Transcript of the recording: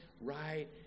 right